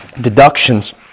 deductions